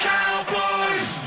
Cowboys